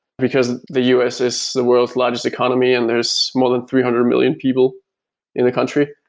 because the us is the world's largest economy and there's more than three hundred million people in the country.